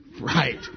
Right